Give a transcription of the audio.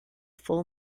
full